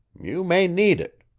you may need it.